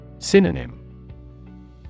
Synonym